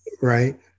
right